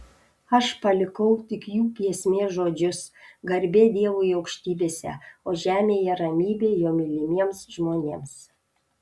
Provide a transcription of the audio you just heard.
aš palikau tik jų giesmės žodžius garbė dievui aukštybėse o žemėje ramybė jo mylimiems žmonėms